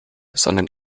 sondern